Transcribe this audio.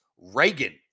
Reagan